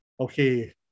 Okay